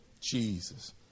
Jesus